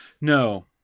No